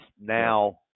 now